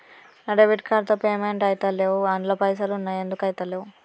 నా debit card తో payment ఐతలేవ్ అండ్ల పైసల్ ఉన్నయి ఎందుకు ఐతలేవ్?